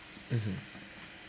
mmhmm